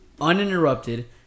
uninterrupted